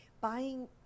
Buying